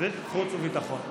חוץ וביטחון?